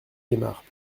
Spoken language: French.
gaymard